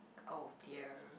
oh dear